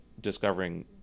discovering